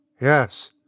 Yes